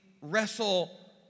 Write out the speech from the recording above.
wrestle